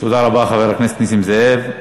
תודה רבה, חבר הכנסת נסים זאב.